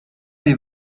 les